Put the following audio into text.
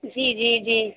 जी जी जी